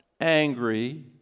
angry